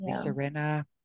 Serena